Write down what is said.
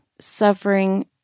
suffering